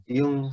yung